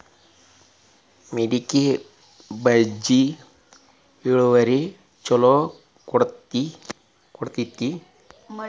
ಮಡಕಿ ಬೇಜ ಇಳುವರಿ ಛಲೋ ಕೊಡ್ತೆತಿ?